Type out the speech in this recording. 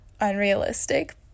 unrealistic